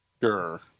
Sure